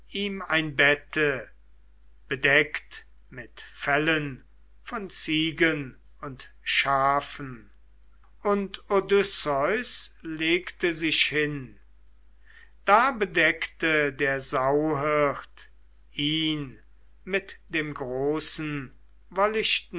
ihm ein bette bedeckt mit fellen von ziegen und schafen und odysseus legte sich hin da bedeckte der sauhirt ihn mit dem großen